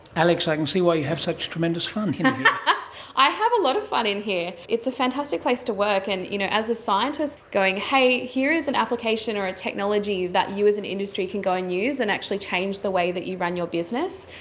like why you have such tremendous fun. yeah i have a lot of fun in here, it's a fantastic place to work. and you know as a scientist, going, hey, here is an application or a technology that you as an industry can go and use and actually change the way that you run your business,